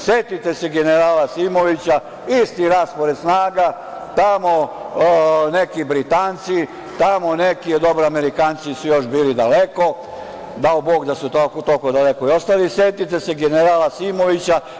Setite se generala Simovića, isti raspored snaga, tamo neki Britanci, tamo neki, dobro, Amerikanci su još bili daleko, dao bog da su toliko daleko i ostali, setite se generala Simovića.